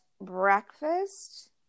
breakfast